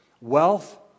wealth